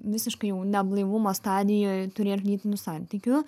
visiškai jau neblaivumo stadijoj turėt lytinių santykių